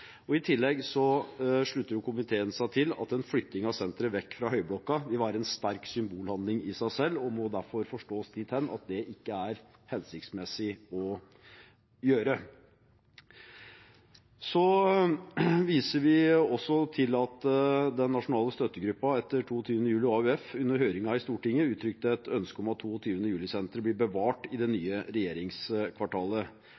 I tillegg slutter komiteen seg til at en flytting av senteret vekk fra Høyblokka vil være en sterk symbolhandling i seg selv, det må derfor forstås dit hen at det ikke er hensiktsmessig å gjøre. Vi viser også til at Den nasjonale støttegruppen etter 22. juli og AUF under høringen i Stortinget uttrykte et ønske om at 22. juli-senteret blir bevart i det